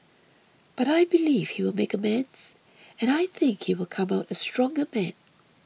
but I believe he will make amends and I think he will come out a stronger man